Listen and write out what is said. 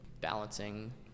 balancing